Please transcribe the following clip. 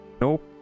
nope